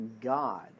God